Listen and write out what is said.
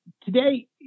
today